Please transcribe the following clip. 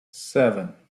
seven